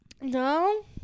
No